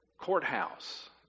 courthouse